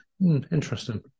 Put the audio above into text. Interesting